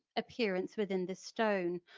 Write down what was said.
appearance within the stone,